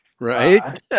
right